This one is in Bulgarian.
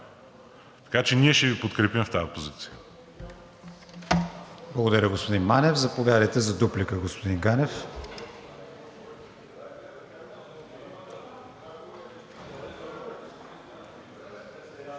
Така че ние ще Ви подкрепим в тази позиция.